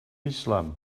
islam